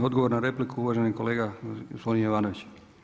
Odgovor na repliku uvaženi kolega gospodin Jovanović.